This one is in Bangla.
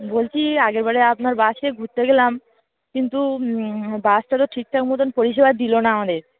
বলছি আগের বাড়ে আপনার বাসে ঘুরতে গেলাম কিন্তু বাসটা তো ঠিকঠাক মতোন পরিষেবা দিলো না আমাদের